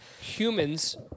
humans